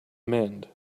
mend